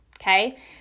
Okay